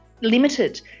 limited